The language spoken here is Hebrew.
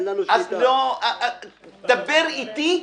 דבר אתי,